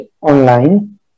online